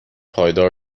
پایدار